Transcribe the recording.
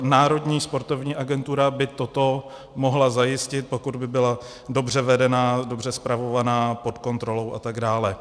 Národní sportovní agentura by toto mohla zajistit, pokud by byla dobře vedená, dobře spravovaná, pod kontrolou a tak dále.